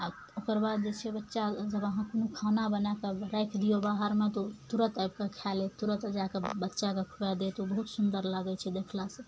आ ओकर बाद जे छै बच्चा जब अहाँ कहुँ खाना बनायके राखि दियो बाहरमे तऽ ओ तुरत आबिके खाइ लैत तुरत जाके बच्चाके खुआए दैत ओ बहुत सुन्दर लागय छै देखलासँ